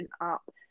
up